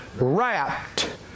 Wrapped